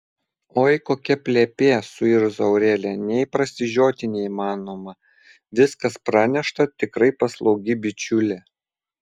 oi kokia plepė suirzo aurelija nė prasižioti neįmanoma viskas pranešta tikrai paslaugi bičiulė